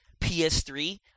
PS3